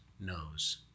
knows